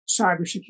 cybersecurity